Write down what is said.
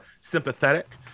sympathetic